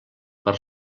per